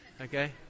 okay